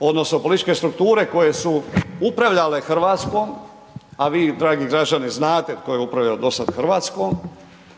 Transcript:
odnosno političke strukture koje su upravljale Hrvatskom, a vi dragi građani znate tko je upravljao dosad Hrvatskom